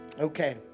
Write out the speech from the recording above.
okay